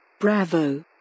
Bravo